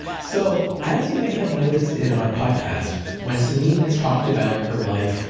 so as you may have noticed in our podcast when samin has talked about her life,